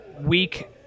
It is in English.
week